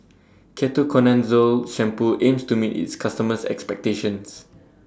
Ketoconazole Shampoo aims to meet its customers' expectations